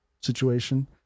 situation